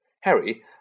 Harry